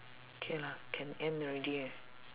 K lah can end already eh